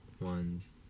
ones